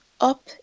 Up